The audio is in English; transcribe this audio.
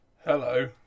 Hello